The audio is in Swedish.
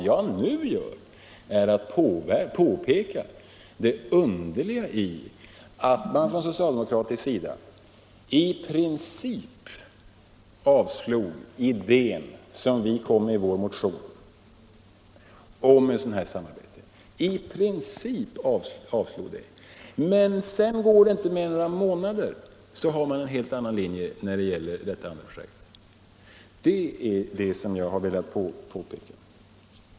Jag har bara påpekat det underliga i att socialdemokraterna i princip avfärdade hela idéen om ett samarbete när vi framförde den i en motion, men sedan, inte mer än några månader därefter, hade en helt annan linje i den frågan när det gäller just detta projekt.